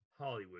Hollywood